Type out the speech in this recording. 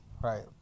Right